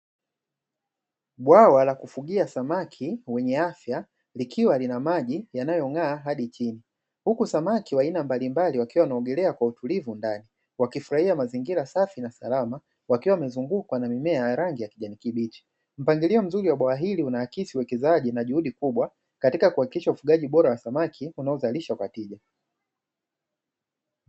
Bwawa la kufugia samaki wenye afya likiwa lina maji yanayong'aa hadi chini, huku samaki wa aina mbalimbali wakiwa wanaongelea kwa utulivu ndani wakifurahia mazingira safi na salama wakiwa wamezungukwa na mimea ya rangi ya kijani kibichi mpangilio mzuri wa bwawahili una akisi uwekezaji na juhudi kubwa katika kuhakikisha ufugaji bora wa samaki unaozalishwa kwa tija.